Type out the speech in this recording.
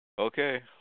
Okay